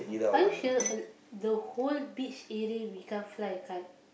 are you sure uh the whole beach area we can't fly a kite